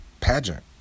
pageant